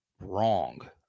wrong